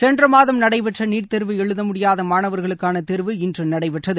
சென்ற மாதம் நடைபெற்ற நீட் தேர்வு எழுத முடியாத மாணவர்களுக்கான தேர்வு இன்று நடைபெற்றது